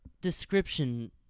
description